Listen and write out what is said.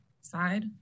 side